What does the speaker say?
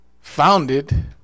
founded